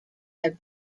have